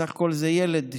בסך הכול זה ילד שבא,